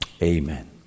Amen